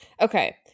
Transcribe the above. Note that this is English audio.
Okay